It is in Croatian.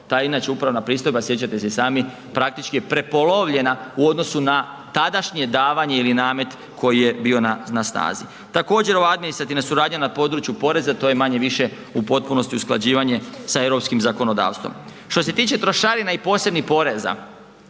ta inače upravna pristojba, sjećate se i sami, praktički je prepolovljena u odnosu na tadašnje davanje ili namet koji je bio na snazi. Također ova administrativna suradnja na području poreza, to je manje-više u potpunosti usklađivanje sa europskim zakonodavstvom. Što se tiče trošarina i posebnih poreza,